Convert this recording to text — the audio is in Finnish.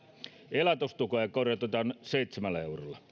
elatustukea korotetaan seitsemällä eurolla